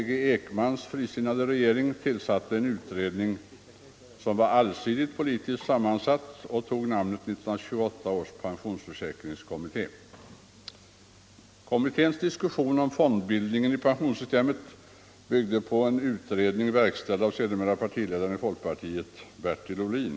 G. Ekmans frisinnade regering tillsatte en utredning som var allsidigt politiskt sammansatt och tog namnet 1928 års pensionsförsäkringskommitté. Den kommitténs diskussion om fondbildningen i pensionssystemet byggde på en utredning verkställd av sedermera partiledaren i folkpartiet Bertil Ohlin.